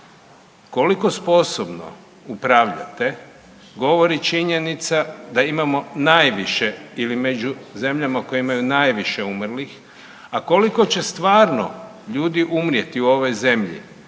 Koliko sposobno upravljate govori činjenica da imamo najviše ili među zemljama koje imaju najviše umrlih, a koliko će stvarno ljudi umrijeti u ovoj zemlji